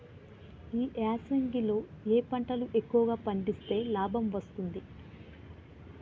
ఈ యాసంగి లో ఏ పంటలు ఎక్కువగా పండిస్తే లాభం వస్తుంది?